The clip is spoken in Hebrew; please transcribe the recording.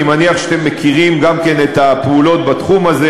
אני מניח שאתם מכירים גם כן את הפעולות בתחום הזה,